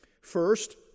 First